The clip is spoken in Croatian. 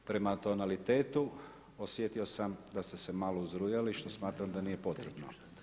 Prema tonalitetu, osjetio sam da ste se malo uzrujali, što smatram da nije potrebno.